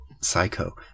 psycho